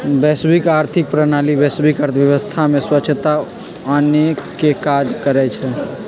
वैश्विक आर्थिक प्रणाली वैश्विक अर्थव्यवस्था में स्वछता आनेके काज करइ छइ